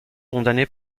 condamné